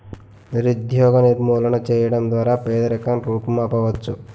నిరుద్యోగ నిర్మూలన చేయడం ద్వారా పేదరికం రూపుమాపవచ్చు